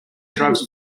drives